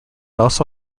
also